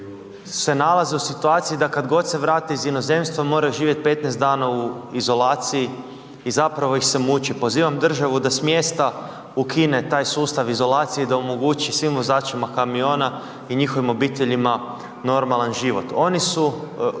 se nalaze u situaciji da kad god se vrate iz inozemstva moraju živjet 15 dana u izolaciji i zapravo ih se muči, pozivam državu da smjesta ukine taj sustav izolacije, da omogući svim vozačima kamiona i njihovim obiteljima normalan život. Oni su